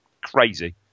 crazy